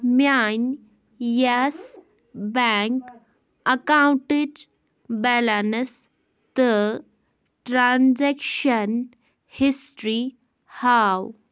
میٛانہِ Yes Bank اَکاوُنٛٹٕچ balance تہٕ ٹرٛانزٮ۪کشَن ہِسٹرٛی ہاو